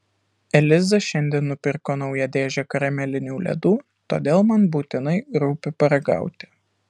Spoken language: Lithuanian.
eliza šiandien nupirko naują dėžę karamelinių ledų todėl man būtinai rūpi paragauti